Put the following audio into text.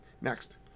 next